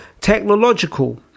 Technological